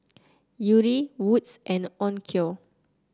Yuri Wood's and Onkyo